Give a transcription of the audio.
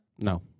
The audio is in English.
no